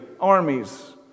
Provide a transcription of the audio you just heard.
armies